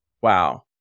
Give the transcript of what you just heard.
wow